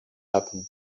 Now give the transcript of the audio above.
happen